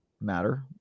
matter